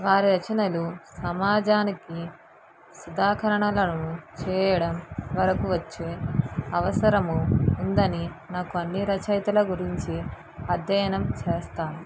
వారి రచనలు సమాజానికి సుదాకరణలను చేయడం వరకు వచ్చు అవసరము ఉందని నాకు అన్నీ రచయితల గురించి అద్యయనం చేస్తాను